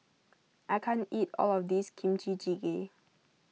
I can't eat all of this Kimchi Jjigae